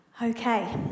Okay